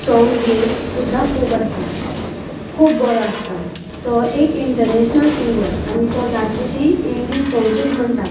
सोंग बेज सुद्दां खूब आसता खूब बरो आसता तो एक इंटनॅश्नल सिंगर आनी तो ज्यास्तशीं इंग्लीश सोंग्सूज म्हणटा